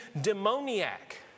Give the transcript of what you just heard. demoniac